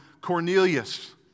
Cornelius